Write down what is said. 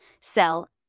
sell